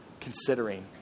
considering